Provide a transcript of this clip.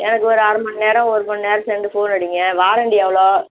எனக்கு ஒரு அரை மணி நேரம் ஒரு மணி நேரம் சேர்ந்து ஃபோன் அடிங்க வாரண்டி எவ்வளோ